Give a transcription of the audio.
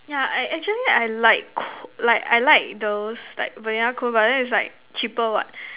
ya I actually I like c~ like I like those like vanilla cone but then its like cheaper what